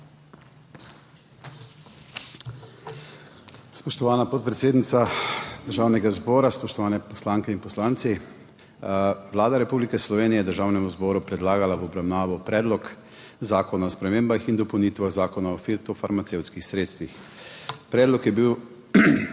Spoštovana podpredsednica Državnega zbora, spoštovane poslanke in poslanci! Vlada Republike Slovenije je Državnemu zboru v obravnavo predložila Predlog zakona o spremembah in dopolnitvah Zakona o fitofarmacevtskih sredstvih. Predlog zakona